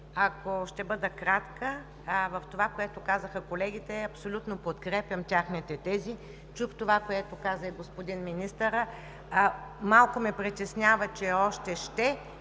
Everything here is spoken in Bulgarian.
Ще бъда кратка. По това, което казаха колегите, абсолютно подкрепям техните тези. Чух това, което каза и господин министърът. Малко ме притеснява, че е още